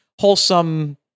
wholesome